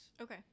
Okay